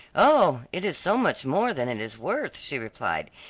oh, it is so much more than it is worth, she replied.